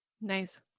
Nice